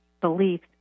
beliefs